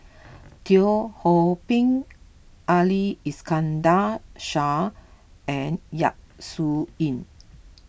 Teo Ho Pin Ali Iskandar Shah and Yap Su Yin